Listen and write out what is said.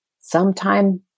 sometime